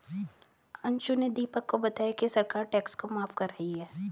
अंशु ने दीपक को बताया कि सरकार टैक्स को माफ कर रही है